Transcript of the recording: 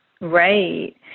Right